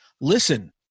listen